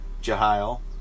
Jehiel